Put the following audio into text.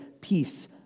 peace